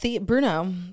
Bruno